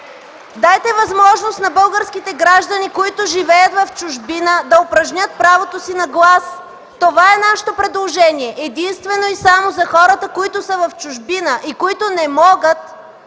Дайте възможност на българските граждани, които живеят в чужбина, да упражнят правото си на глас! Това е нашето предложение – единствено и само за хората, които са в чужбина и които не могат